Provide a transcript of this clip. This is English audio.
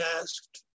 asked